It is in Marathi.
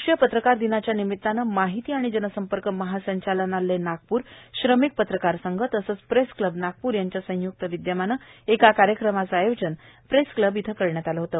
राष्ट्रीय पत्रकारिता दिनाच्या निमित्ताने माहिती आणि जनसंपर्क महासंचालनालय नागपूर श्रमिक पत्रकार संघ तसेच प्रेस क्लब नागप्र यांच्या संयुक्त विद्यमाने एका कार्यक्रमाचे आयोजन प्रेस क्लब इथं करण्यात आले होते